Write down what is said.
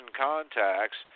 contacts